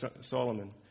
Solomon